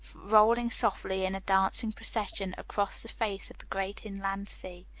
rolling softly in a dancing procession across the face of the great inland sea.